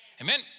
Amen